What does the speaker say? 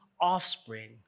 offspring